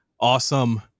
awesome